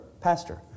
pastor